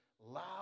loud